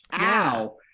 ow